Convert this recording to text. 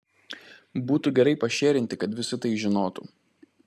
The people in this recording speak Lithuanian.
būtų gerai pašėrinti kad visi tai žinotų